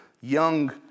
young